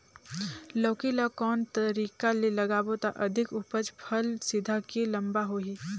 लौकी ल कौन तरीका ले लगाबो त अधिक उपज फल सीधा की लम्बा होही?